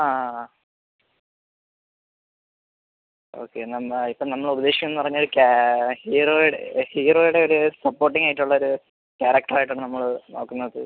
ആ ഓക്കെ നമ്മൾ ഇപ്പം നമ്മൾ ഉദ്ദേശിക്കുന്നതെന്നു പറഞ്ഞാൽ ഒരു ഹീറോയുടെ ഹീറോയുടെ ഒരു സപ്പോർട്ടിംഗ് ആയിട്ടുള്ള ഒരു ക്യാരക്ടറായിട്ടാണ് നമ്മൾ നോക്കുന്നത്